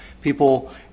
people